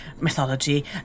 mythology